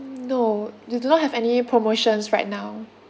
mm no do do not have any promotions right now